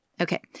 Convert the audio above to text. Okay